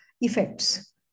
effects